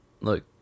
look